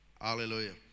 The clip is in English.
Hallelujah